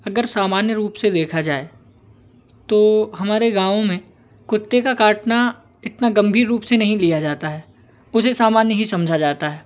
अगर सामान्य रूप से देखा जाए तो हमारे गाँवो में कुत्ते का काटना इतना गंभीर रूप से नहीं लिया जाता है उसे सामान्य ही समझा जाता है